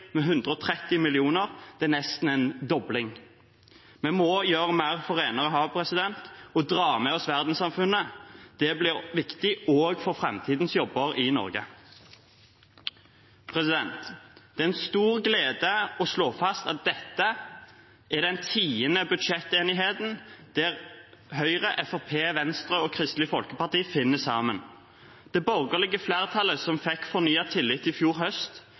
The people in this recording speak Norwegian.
med 130 mill. kr. Det er nesten en dobling. Vi må gjøre mer for renere hav og dra med oss verdenssamfunnet. Det blir viktig også for framtidens jobber i Norge. Det er en stor glede å slå fast at dette er den tiende budsjettenigheten der Høyre, Fremskrittspartiet, Venstre og Kristelig Folkeparti finner sammen. Det borgerlige flertallet som fikk fornyet tillit i fjor høst,